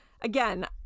Again